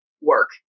work